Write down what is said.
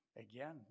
again